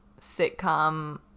sitcom